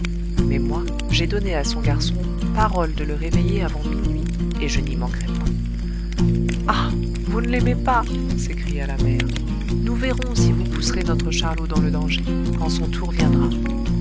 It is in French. mais moi j'ai donné à son garçon parole de le réveiller avant minuit et je n'y manquerai point ah vous ne l'aimez pas s'écria la mère nous verrons si vous pousserez notre charlot dans le danger quand son tour viendra